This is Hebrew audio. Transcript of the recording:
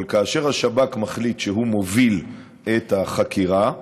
אבל כאשר השב"כ מחליט שהוא מוביל את החקירה,